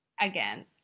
Again